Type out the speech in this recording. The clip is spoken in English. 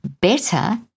better